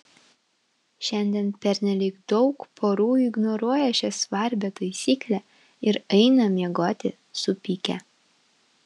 šiandien pernelyg daug porų ignoruoja šią svarbią taisyklę ir eina miegoti supykę